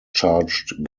charged